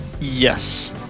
Yes